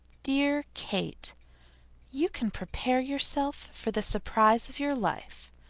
dear kate you can prepare yourself for the surprise of your life.